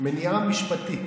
"מניעה משפטית".